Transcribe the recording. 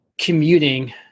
commuting